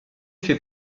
fait